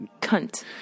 Cunt